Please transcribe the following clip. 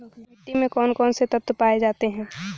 मिट्टी में कौन कौन से तत्व पाए जाते हैं?